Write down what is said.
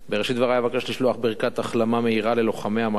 בראשית דברי אבקש לשלוח ברכת החלמה מהירה ללוחמי המג"ב